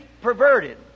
perverted